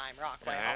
Rockwell